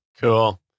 Cool